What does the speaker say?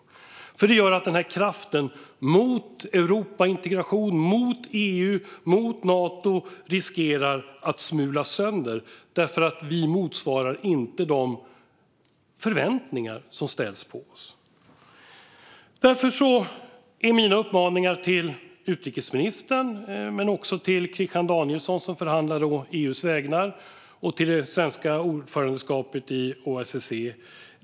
Det skulle göra att kraften mot Europaintegration, mot EU och mot Nato riskerar att smulas sönder därför att vi inte motsvarar de förväntningar som ställs på oss. Därför har jag några uppmaningar till utrikesministern samt till Christian Danielsson, som förhandlar å EU:s vägnar, och till det svenska ordförandeskapet i OSSE.